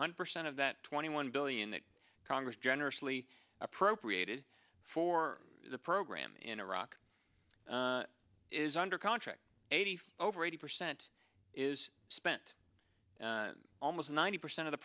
hundred percent of that twenty one in that congress generously appropriated for the program in iraq is under contract eighty five over eighty percent is spent almost ninety percent of the